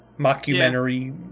mockumentary